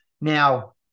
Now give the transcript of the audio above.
Now